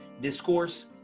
discourse